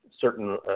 certain